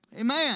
Amen